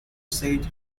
said